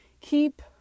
keep